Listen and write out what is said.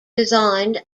designed